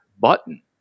button